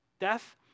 Death